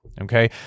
Okay